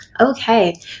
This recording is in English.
Okay